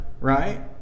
right